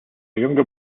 younger